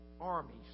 armies